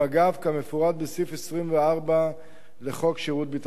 כמפורט בסעיף 24 לחוק שירות ביטחון.